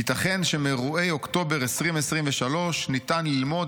ייתכן שמאירועי אוקטובר 2023 ניתן ללמוד